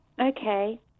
Okay